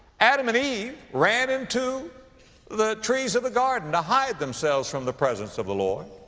adam and eve ran into the trees of the garden to hide themselves from the presence of the lord.